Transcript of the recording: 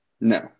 No